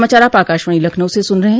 यह समाचार आप आकाशवाणी लखनऊ से सुन रहे हैं